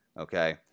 okay